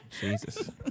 Jesus